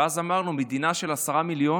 ואז אמרנו: מדינה של עשרה מיליון,